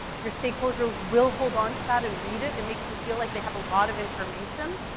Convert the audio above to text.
your stakeholders will hold on to that and read it. it makes them feel like they have a lot of information.